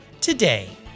today